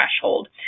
threshold